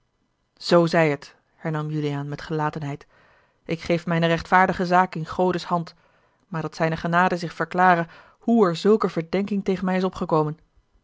zoo zij het hernam juliaan met gelatenheid ik geef mijne rechtvaardige zaak in godes hand maar dat zijne genade zich verklare hoe er zulke verdenking tegen mij is opgekomen